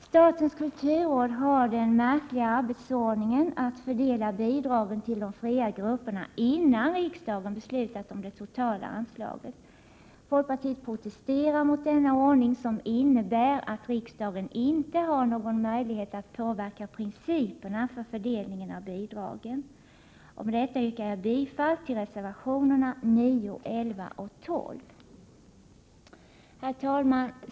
Statens kulturråd har den märkliga arbetsordningen att man fördelar bidragen till de fria grupperna innan riksdagen beslutat om det totala anslaget. Folkpartiet protesterar mot denna ordning som innebär att riksdagen inte har någon möjlighet att påverka principerna för fördelningen av bidragen. Med detta yrkar jag bifall till reservationerna nr 9, 11 och 12. Herr talman!